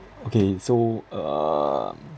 okay so um